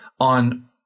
on